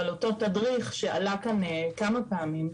אבל אותו תדריך שעלה כאן כמה פעמים,